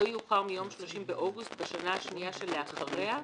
לא יאוחר מיום 30 באוגוסט בשנה השנייה שלאחריה,